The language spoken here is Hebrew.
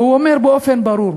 והוא אומר באופן ברור: